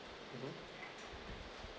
mmhmm